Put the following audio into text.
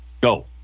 go